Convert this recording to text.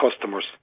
customers